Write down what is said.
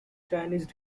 chinese